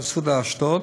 "אסותא" אשדוד,